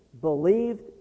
believed